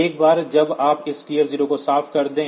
एक बार जब आप इस TF0 को साफ़ कर दें